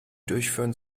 durchführen